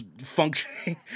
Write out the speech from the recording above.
functioning